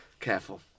Careful